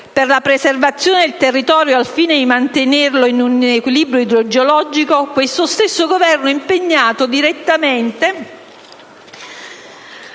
per la preservazione del territorio, al fine di mantenerlo in un equilibrio idrogeologico, questo stesso Governo è impegnato direttamente